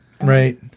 Right